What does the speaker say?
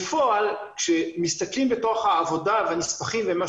בפועל כשמסתכלים בתוך העבודה בנספחים ובמה